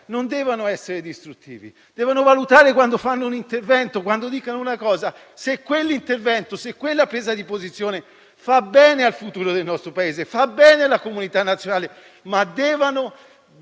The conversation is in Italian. non devono essere distruttive; devono valutare, quando fanno un intervento e dicono una cosa, se quell'intervento e quella presa di posizione fanno bene al futuro del nostro Paese e alla comunità nazionale. Ma devono